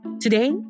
today